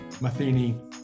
Matheny